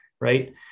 right